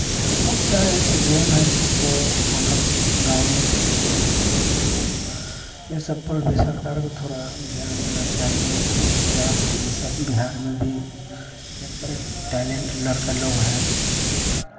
बहुत सारे ऐसे गेम हैं जिसको हम लोग गाँव में ही खेलते हैं जो ये सब पर भी सरकार को थोड़ा ध्यान देना चाहिए क्या ये सब बिहार में भी एक पर एक टैलेन्ट लड़के लोग हैं